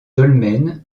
dolmens